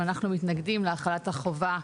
אנחנו מתנגדים להחלת החובה,